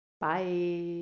Bye